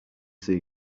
see